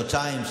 חודשיים,